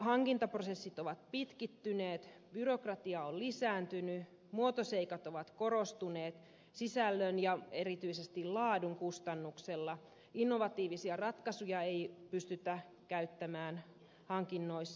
hankintaprosessit ovat pitkittyneet byrokratia on lisääntynyt muotoseikat ovat korostuneet sisällön ja erityisesti laadun kustannuksella innovatiivisia ratkaisuja ei pystytä käyttämään hankinnoissa